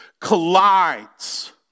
collides